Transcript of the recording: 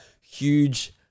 huge